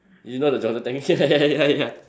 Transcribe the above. you know the Jonah ya ya ya ya